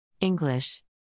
English